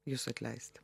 jus atleisti